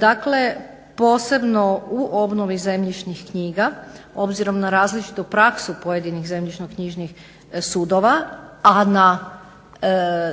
Dakle, posebno u obnovi zemljišnih knjiga, obzirom na različitu praksu pojedinih zemljišno-knjižnih sudova, a na